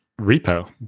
repo